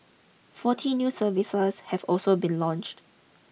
forty new services have also been launched